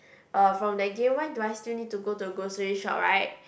uh from that game why do I still need to go to the grocery shop right